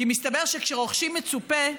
כי מסתבר שכשרוכשים מצופה,